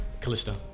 Callista